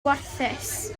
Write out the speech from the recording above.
warthus